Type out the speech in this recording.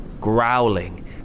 growling